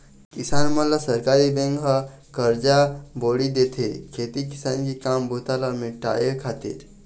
किसान मन ल सहकारी बेंक ह करजा बोड़ी देथे, खेती किसानी के काम बूता ल निपाटय खातिर